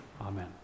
Amen